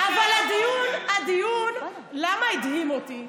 אבל למה הדיון הדהים אותי?